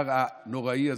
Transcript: והסבירו שהדבר הנוראי הזה,